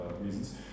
reasons